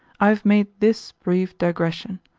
i have made this brief digression.